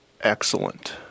Excellent